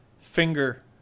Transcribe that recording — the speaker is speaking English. Finger